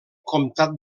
comtat